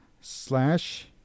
slash